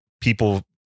people